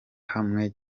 hamwe